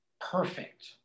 perfect